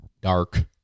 dark